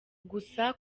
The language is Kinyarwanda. gusa